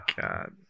God